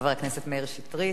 חבר הכנסת מאיר שטרית,